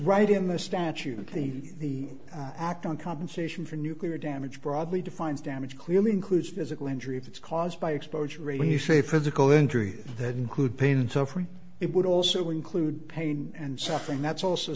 right in the statute the act on compensation for nuclear damage broadly defines damage clearly includes physical injury of it's caused by exposure even you say physical injuries that include pain and suffering it would also include pain and suffering that's also